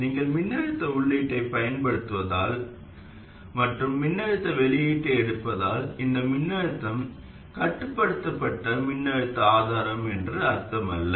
நீங்கள் மின்னழுத்த உள்ளீட்டைப் பயன்படுத்துவதால் மற்றும் மின்னழுத்த வெளியீட்டை எடுப்பதால் இது மின்னழுத்தம் கட்டுப்படுத்தப்பட்ட மின்னழுத்த ஆதாரம் என்று அர்த்தமல்ல